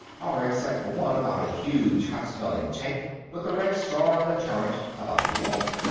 or, except for one about a huge, hot-smelling tank with a red star on the turret, about the war.